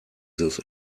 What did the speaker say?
this